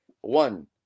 one